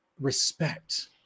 respect